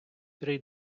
три